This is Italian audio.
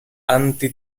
anti